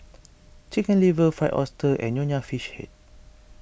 Chicken Liver Fried Oyster and Nonya Fish Head